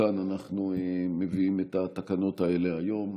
לכן אנחנו מביאים את התקנות הללו היום.